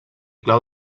clau